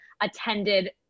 attended